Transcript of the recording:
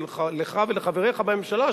היא עליך ועל חבריך בממשלה,